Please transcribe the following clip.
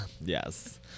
yes